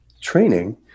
training